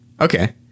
Okay